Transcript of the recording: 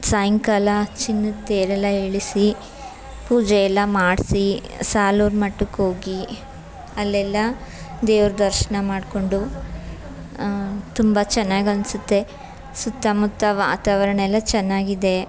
ಸಾಯಂಕಾಲ ಚಿನ್ನದ ತೇರೆಲ್ಲಾ ಎಳೆಸಿ ಪೂಜೆ ಎಲ್ಲ ಮಾಡಿಸಿ ಸಾಲೂರು ಮಠಕ್ಕೋಗಿ ಅಲ್ಲೆಲ್ಲಾ ದೇವರ ದರ್ಶನ ಮಾಡಿಕೊಂಡು ತುಂಬ ಚೆನ್ನಾಗನಿಸುತ್ತೆ ಸುತ್ತಮುತ್ತ ವಾತಾವರಣ ಎಲ್ಲ ಚೆನ್ನಾಗಿದೆ